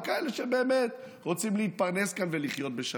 או כאלה שבאמת רוצים להתפרנס כאן ולחיות בשלום.